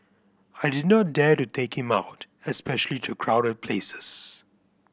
I did not dare to take him out especially to crowded places